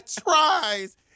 tries